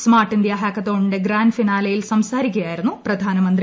smart India ഹാക്കുത്തോണിന്റെ grand ഫിനാലെയിൽ സംസാരിക്കുകയായിരുന്നു് പ്രധാനമന്ത്രി